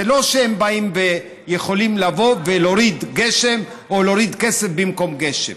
זה לא שהם באים ויכולים להוריד גשם או להוריד כסף במקום גשם,